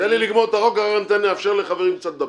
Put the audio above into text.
נגמור את החוק ואחר כך אאפשר לחברים לדבר.